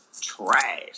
trash